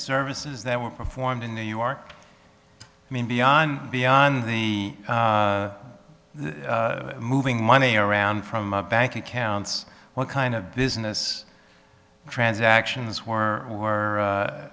services that were performed in new york i mean beyond beyond the moving money around from bank accounts what kind of business transactions were or were